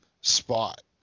spot